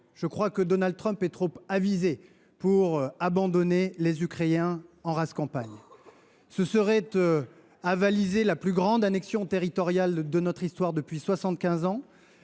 je crois Donald Trump trop avisé pour abandonner les Ukrainiens en rase campagne. Ce serait avaliser la plus grande annexion territoriale de notre histoire depuis soixante